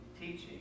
teaching